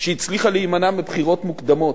שהצליחה להימנע מבחירות מוקדמות,